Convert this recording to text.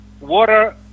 water